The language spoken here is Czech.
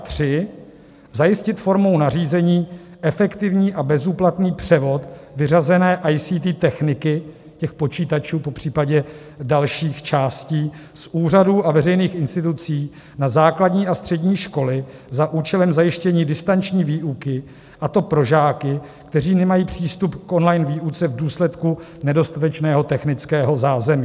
III. zajistit formou nařízení efektivní a bezúplatný převod vyřazené ICT techniky těch počítačů, popřípadě dalších částí, z úřadů a veřejných institucí na základní a střední školy za účelem zajištění distanční výuky, a to pro žáky, kteří nemají přístup k online výuce v důsledku nedostatečného technického zázemí.